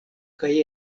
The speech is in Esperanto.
kaj